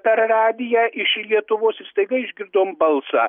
per radiją iš lietuvos ir staiga išgirdom balsą